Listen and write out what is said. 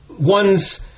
one's